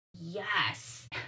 yes